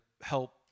help